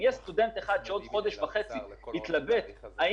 אם יהיה סטודנט אחד שבעוד חודש וחצי יתלבט אם